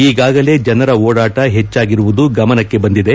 ಈಗಾಗಲೇ ಜನರ ಓಡಾಟ ಹೆಚ್ಚಾರುವುದು ಗಮನಕ್ಕೆ ಬಂದಿದೆ